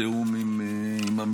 בתיאום עם המשרד,